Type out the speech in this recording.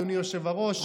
אדוני היושב-ראש,